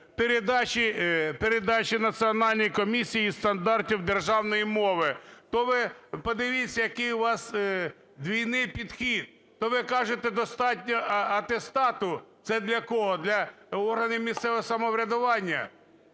передачі Національній комісії зі стандартів державної мови. То ви подивіться, який у вас двійний підхід, то ви кажете, достатньо атестату. Це для кого, для органів місцевого самоврядування?